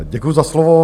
Děkuji za slovo.